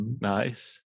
Nice